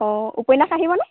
অঁ উপন্যাস আহিবনে